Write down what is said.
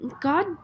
god